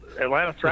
Atlanta